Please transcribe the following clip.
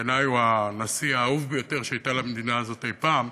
בעיניי הוא הנשיא האהוב ביותר שהיה למדינה הזאת אי-פעם,